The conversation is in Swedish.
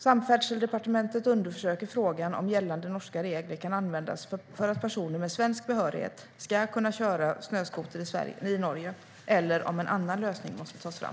Samferdselsdepartementet undersöker frågan om gällande norska regler kan användas för att personer med svensk behörighet ska kunna köra snöskoter i Norge eller om en annan lösning måste tas fram.